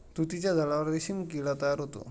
तुतीच्या झाडावर रेशीम किडा तयार होतो